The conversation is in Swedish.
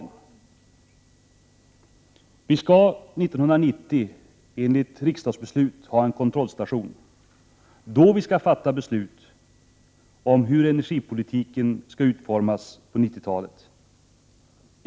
Enligt riksdagsbeslut skall vi 1990 ha en kontrollstation, då vi skall fatta beslut om hur energipolitiken skall utformas på 90-talet.